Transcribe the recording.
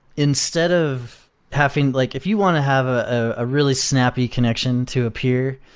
instead of having like if you want to have ah ah a really snappy connection to a peer,